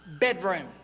Bedroom